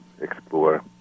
explore